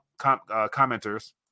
commenters